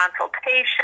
consultation